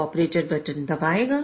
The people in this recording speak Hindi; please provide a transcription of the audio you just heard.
तो ऑपरेटर बटन दबाएगा